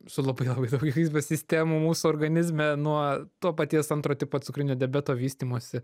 su labai labai daug gyvybės sistemų mūsų organizme nuo to paties antro tipo cukrinio diabeto vystymosi